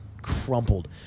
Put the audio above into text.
Crumpled